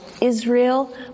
Israel